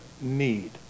need